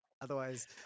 Otherwise